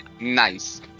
nice